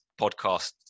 podcast